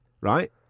right